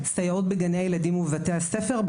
סייעות בגני ילדים ובתי הספר,